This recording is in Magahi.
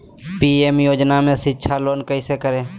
पी.एम योजना में शिक्षा लोन कैसे करें?